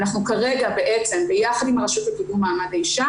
אנחנו כרגע ביחד עם הרשות לקידום מעמד האישה,